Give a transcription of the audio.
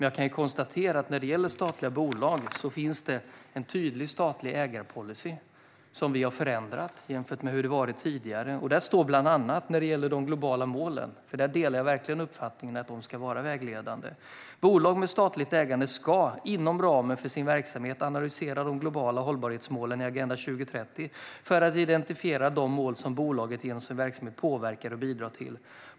Jag kan konstatera att när det gäller statliga bolag finns det en tydlig statlig ägarpolicy som vi har förändrat jämfört med hur det varit tidigare. Där står bland annat när det gäller de globala målen - och där delar jag verkligen uppfattningen att de ska vara vägledande - att bolag med statligt ägande inom ramen för sin verksamhet ska analysera de globala hållbarhetsmålen i Agenda 2030 för att identifiera de mål som bolaget genom sin verksamhet påverkar och bidrar till.